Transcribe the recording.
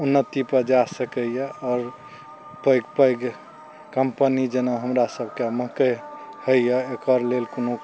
उन्नतिपर जा सकइए आओर पैघ पैघ कम्पनी जेना हमरा सबके मकइ होइए एकर लेल कोनो